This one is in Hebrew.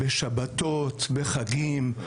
בשבתות ובחגים,